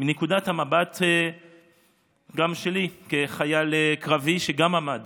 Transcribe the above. מנקודת המבט שלי כחייל קרבי שגם עמד